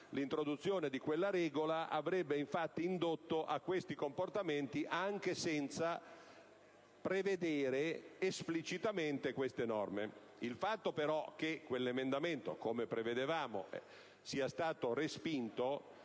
L'introduzione di quella regola avrebbe infatti indotto a questi comportamenti anche senza prevedere esplicitamente tali norme. Il fatto però che l'emendamento 2.4 (testo 2) - come prevedevamo - sia stato respinto